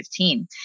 2015